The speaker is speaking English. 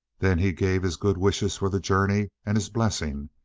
then he gave his good wishes for the journey and his blessing,